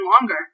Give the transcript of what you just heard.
longer